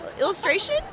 Illustration